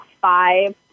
five